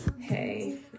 hey